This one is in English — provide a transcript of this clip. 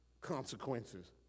consequences